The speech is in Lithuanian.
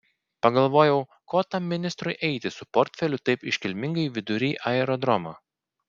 pagalvojau ko tam ministrui eiti su portfeliu taip iškilmingai vidury aerodromo